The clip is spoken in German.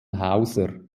hauser